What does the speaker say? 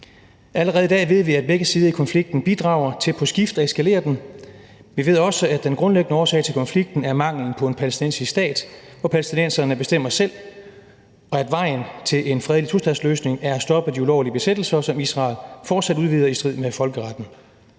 Allerede i dag ved vi, at begge sider i konflikten bidrager til på skift at eskalere den. Vi ved også, at den grundlæggende årsag til konflikten er manglen på en palæstinensisk stat, hvor palæstinenserne bestemmer selv, og at vejen til en fredelig tostatsløsning er at stoppe de ulovlige besættelser, som Israel fortsat udvider i strid med folkeretten.